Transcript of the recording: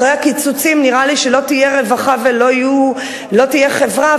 אחרי הקיצוצים נראה לי שלא תהיה רווחה ולא תהיה חברה,